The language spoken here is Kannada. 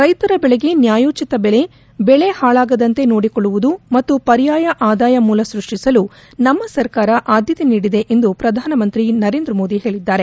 ರೈತರ ಬೆಳೆಗೆ ನ್ಯಾಯೋಚತ ಬೆಲೆ ಬೆಳೆ ಹಾಳಾಗದಂತೆ ನೋಡಿಕೊಳ್ಳುವುದು ಮತ್ತು ಪರ್ಯಾಯ ಆದಾಯ ಮೂಲ ಸೃಷ್ಷಿಸಲು ನಮ್ನ ಸರ್ಕಾರ ಆದ್ಯತೆ ನೀಡಿದೆ ಎಂದು ಪ್ರಧಾನಮಂತ್ರಿ ನರೇಂದ್ರ ಮೋದಿ ಹೇಳಿದರು